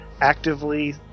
actively